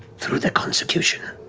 through the consecution.